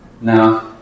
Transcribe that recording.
now